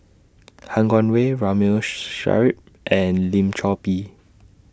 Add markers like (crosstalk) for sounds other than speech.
Han Guangwei Ramli (noise) Sarip and Lim Chor Pee